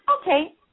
Okay